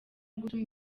gutuma